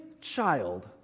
child